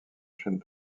chaîne